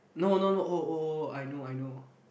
no no no oh oh oh I know I know